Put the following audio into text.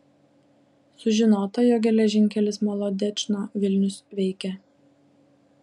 sužinota jog geležinkelis molodečno vilnius veikia